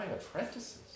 apprentices